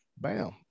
Bam